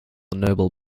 noble